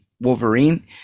Wolverine